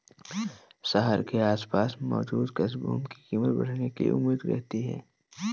शहर के आसपास मौजूद कृषि भूमि की कीमत बढ़ने की उम्मीद रहती है